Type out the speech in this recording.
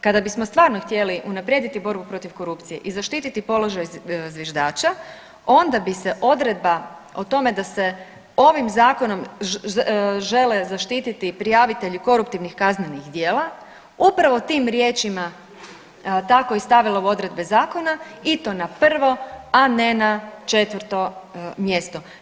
Kada bismo stvarno htjeli unaprijediti borbu protiv korupcije i zaštiti položaj zviždača onda bi se odredba o tome da se ovim zakonom žele zaštiti prijavitelji koruptivnih kaznenih djela upravo tim riječima tako i stavila u odredbe zakona i to na prvo, a ne na četvrto mjesto.